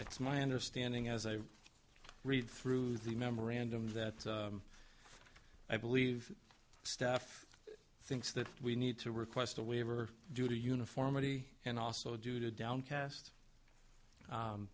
it's my understanding as i read through the memorandum that i believe staff thinks that we need to request a waiver due to uniformity and also due to downcast